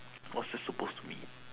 what's that supposed to mean